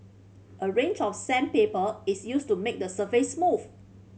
a range of sandpaper is used to make the surface smooth